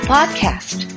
Podcast